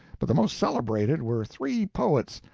but the most celebrated were three poets,